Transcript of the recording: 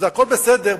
הכול בסדר,